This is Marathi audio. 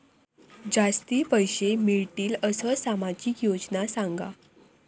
जास्ती पैशे मिळतील असो सामाजिक योजना सांगा?